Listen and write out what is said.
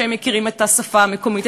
הם מכירים את השפה המקומית,